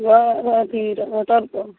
हँ अथी होटलपर